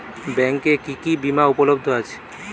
ব্যাংকে কি কি বিমা উপলব্ধ আছে?